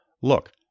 Look